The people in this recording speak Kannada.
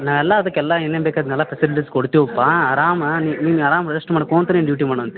ನಾವೆಲ್ಲ ಅದಕ್ಕೆಲ್ಲ ಏನೇನು ಬೇಕೋ ಅದನ್ನೆಲ್ಲ ಫೆಸಿಲಿಟೀಸ್ ಕೊಡ್ತೀವಪ್ಪ ಅರಾಮ ನಿಂಗೆ ಅರಾಮ ರೆಸ್ಟ್ ಮಾಡ್ಕೊಳ್ತ ನಿನ್ನ ಡ್ಯೂಟಿ ಮಾಡುವಂತೆ